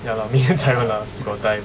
ya lor 明年才问 lah still got time